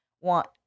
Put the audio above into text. want